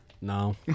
No